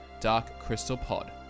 darkcrystalpod